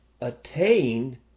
attain